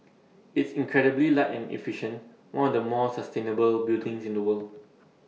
it's incredibly light and efficient one of the more sustainable buildings in the world